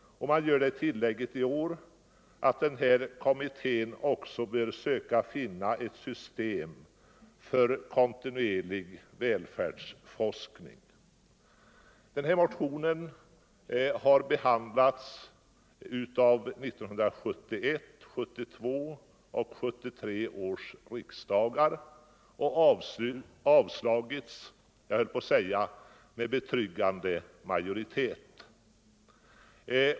I år gör man det tillägget att denna kommitté också bör söka finna ett system för kontinuerlig välfärdsforskning. En liknande motion har behandlats av 1971, 1972 och 1973 års riksdagar och avslagits — jag höll på att säga med betryggande majoritet.